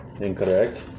incorrect